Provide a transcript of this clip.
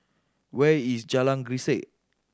where is Jalan Grisek